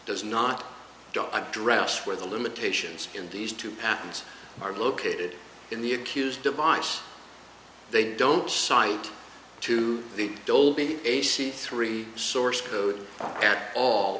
does not address where the limitations in these two patterns are located in the accused device they don't cite to the dolby a c three source code at all